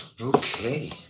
Okay